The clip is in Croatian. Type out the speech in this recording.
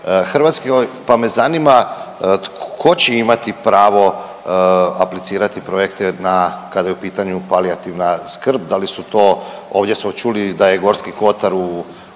Hrvatskoj, pa me zanima tko će imati pravo aplicirati projekte na, kada je u pitanju palijativna skrb. Da li su to, ovdje smo čuli da je Gorski kotar u